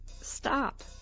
Stop